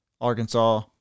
Arkansas